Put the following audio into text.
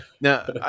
Now